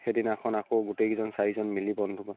সেইদিনাখন আকৌ গোটেইকিজন চাৰিজন মিলি বন্ধু